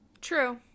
True